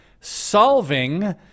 solving